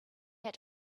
had